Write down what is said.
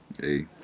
Hey